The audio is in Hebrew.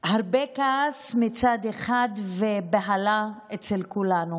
הרבה כעס מצד אחד ובהלה אצל כולנו.